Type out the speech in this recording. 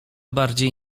bardziej